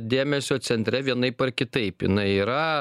dėmesio centre vienaip ar kitaip jinai yra